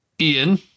Ian